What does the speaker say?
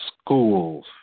schools